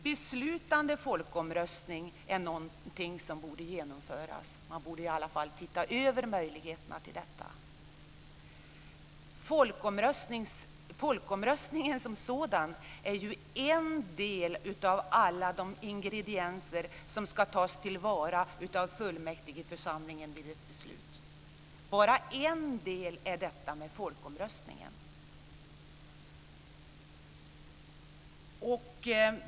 Sedan handlar det om att beslutande folkomröstningar borde genomföras; man borde i alla fall se över möjligheterna. Folkomröstningen som sådan är en av alla de ingredienser som ska tas till vara av fullmäktigeförsamlingen vid ett beslut. Detta med folkomröstningen är bara en del.